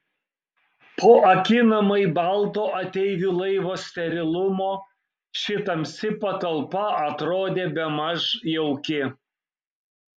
po akinamai balto ateivių laivo sterilumo ši tamsi patalpa atrodė bemaž jauki